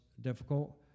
difficult